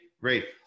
Great